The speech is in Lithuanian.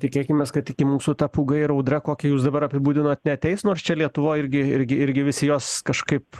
tikėkimės kad iki mūsų ta pūga ir audra kokią jūs dabar apibūdinot neateis nors čia lietuvoj irgi irgi irgi visi jos kažkaip